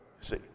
See